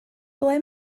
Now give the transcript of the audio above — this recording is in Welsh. ble